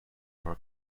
for